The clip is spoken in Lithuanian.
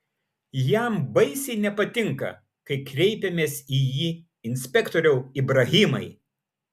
jam baisiai nepatinka kai kreipiamės į jį inspektoriau ibrahimai